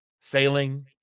Sailing